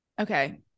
okay